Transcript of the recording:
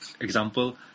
example